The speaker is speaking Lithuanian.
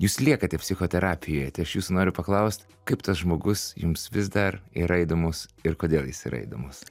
jūs liekate psichoterapijoj tai aš jūsų noriu paklaust kaip tas žmogus jums vis dar yra įdomus ir kodėl jis yra įdomus